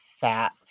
fat